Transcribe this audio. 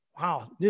wow